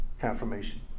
confirmation